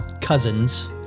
cousins